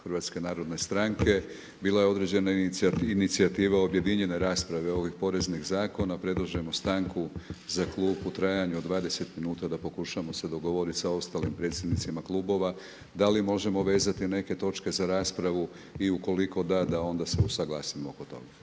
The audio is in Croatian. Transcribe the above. u ime kluba HNS-a. Bila je određena inicijativa objedinjene rasprave ovih poreznih zakona, predlažemo stanku za klub u trajanju od 20 minuta da pokušamo se dogovoriti sa ostalim predsjednicima klubova da li možemo vezati neke točke za raspravu i u koliko da da onda se usuglasimo oko toga.